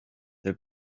the